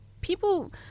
people